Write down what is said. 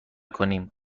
کنیم